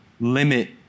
limit